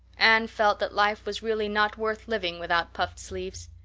anne felt that life was really not worth living without puffed sleeves.